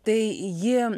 tai ji